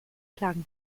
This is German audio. klagen